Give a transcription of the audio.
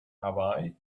hawaii